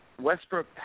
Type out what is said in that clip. Westbrook